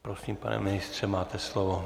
Prosím, pane ministře, máte slovo.